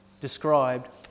described